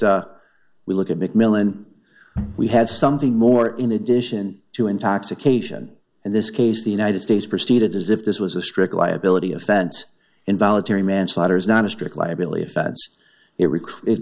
we look at mcmillan we have something more in addition to intoxication and this case the united states proceeded as if this was a strict liability offense involuntary manslaughter is not a strict liability offense it